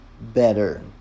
better